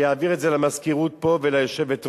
שיעביר את זה למזכירות פה וליושבת-ראש,